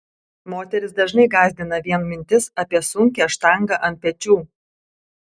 moteris dažnai gąsdina vien mintis apie sunkią štangą ant pečių